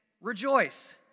Rejoice